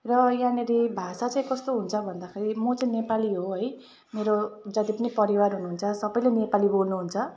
र यहाँनेरि भाषा चाहिँ कस्तो हुन्छ भन्दाखेरि म चाहिँ नेपाली हो है मेरो जति पनि परिवार हुनु हुन्छ सबैले नेपाली बोल्नु हुन्छ